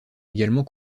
également